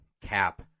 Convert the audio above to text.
cap